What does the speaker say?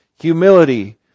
humility